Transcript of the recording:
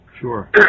Sure